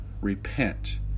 repent